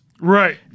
Right